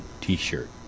t-shirt